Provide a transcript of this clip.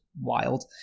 wild